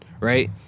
right